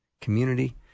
community